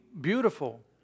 beautiful